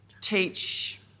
teach